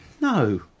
No